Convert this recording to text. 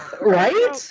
right